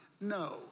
No